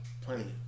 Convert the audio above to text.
plenty